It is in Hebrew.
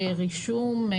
רישום,